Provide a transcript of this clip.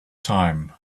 time